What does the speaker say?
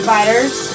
Fighters